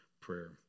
prayer